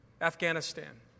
Afghanistan